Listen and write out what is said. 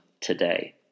today